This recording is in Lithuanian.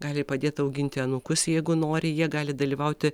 gali padėt auginti anūkus jeigu nori jie gali dalyvauti